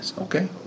Okay